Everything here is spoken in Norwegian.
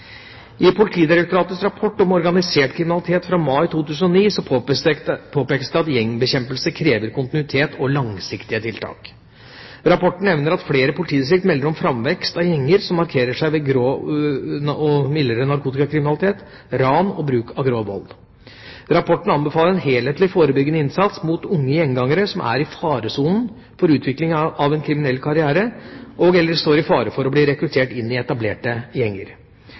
I Politidirektoratets rapport om organisert kriminalitet fra mai 2009 påpekes det at gjengbekjempelse krever kontinuitet og langsiktige tiltak. Rapporten nevner at flere politidistrikt melder om framvekst av gjenger som markerer seg ved grov og mildere narkotikakriminalitet, ran og bruk av grov vold. Rapporten anbefaler en helhetlig forebyggende innsats mot unge gjengangere som er i faresonen for utvikling av en kriminell karriere og/eller står i fare for å bli rekruttert inn i etablerte gjenger.